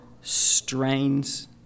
strains